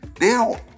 Now